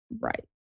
Right